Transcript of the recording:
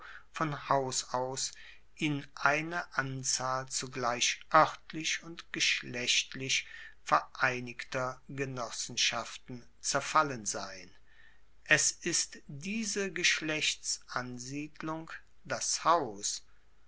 von haus aus in eine anzahl zugleich oertlich und geschlechtlich vereinigter genossenschaften zerfallen sein es ist diese geschlechtsansiedlung das haus